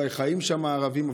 אולי חיים שם ערבים,